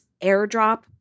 airdrop